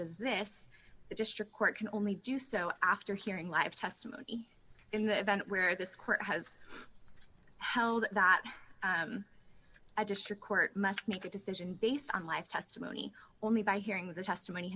this the district court can only do so after hearing live testimony in the event where this court has held that a district court must make a decision based on live testimony or only by hearing the testimony